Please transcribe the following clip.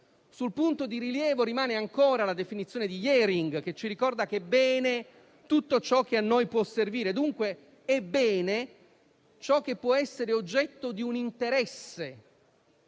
Sul punto, di rilievo rimane ancora la definizione di Jhering, che ci ricorda che «bene» è tutto ciò che a noi può servire, dunque è «bene» ciò che può essere oggetto di un interesse.